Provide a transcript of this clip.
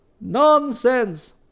Nonsense